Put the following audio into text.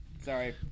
Sorry